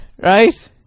right